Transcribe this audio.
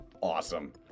Awesome